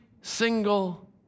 single